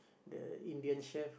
the Indian chef